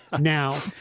now